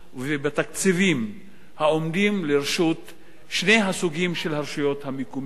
ובתקציבים העומדים לרשות שני הסוגים של הרשויות המקומיות: